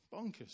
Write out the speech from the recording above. Bonkers